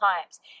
times